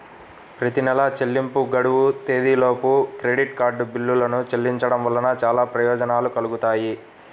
ప్రతి నెలా చెల్లింపు గడువు తేదీలోపు క్రెడిట్ కార్డ్ బిల్లులను చెల్లించడం వలన చాలా ప్రయోజనాలు కలుగుతాయి